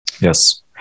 yes